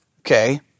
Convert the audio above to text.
okay